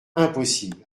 impossible